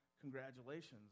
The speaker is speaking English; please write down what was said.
congratulations